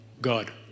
God